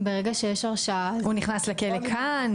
הוא נכנס לכלא כאן?